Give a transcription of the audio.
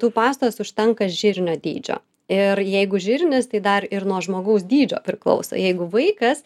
tų pastos užtenka žirnio dydžio ir jeigu žirnis tai dar ir nuo žmogaus dydžio priklauso jeigu vaikas